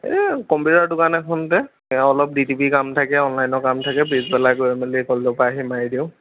এই কম্পিটাৰ দোকান এখনতে অলপ ডি টি পি কাম থাকে অনলাইনৰ কাম থাকে পিছবেলা গৈ মেলি কলেজৰপৰা আহি মাৰি দিওঁ